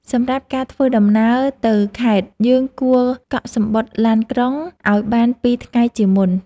សម្រាប់ការធ្វើដំណើរទៅខេត្ត យើងគួរកក់សំបុត្រឡានក្រុងឱ្យបាន ២ ថ្ងៃជាមុន។